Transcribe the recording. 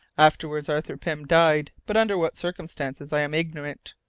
afterwards arthur pym died, but under what circumstances i am ignorant.